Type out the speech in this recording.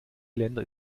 länder